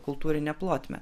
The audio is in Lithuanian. kultūrinę plotmę